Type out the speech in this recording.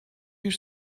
bir